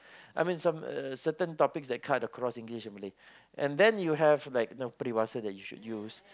I mean some uh certain topics that cut across English and Malay and then you have like you know peribahasa that you should use